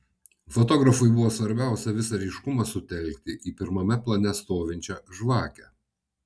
fotografui buvo svarbiausia visą ryškumą sutelkti į pirmame plane stovinčią žvakę